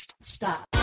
Stop